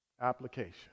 Application